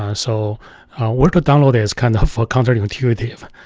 um so where to download is kind of counterintuitive.